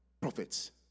prophets